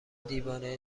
دیوانه